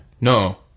No